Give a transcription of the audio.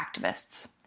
activists